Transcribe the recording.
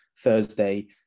thursday